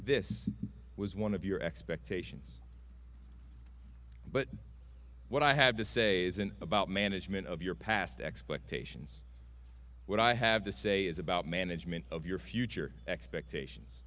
this was one of your expectations but what i have to say isn't about management of your past expectations what i have to say is about management of your future expectations